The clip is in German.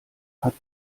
hat